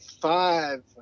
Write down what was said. five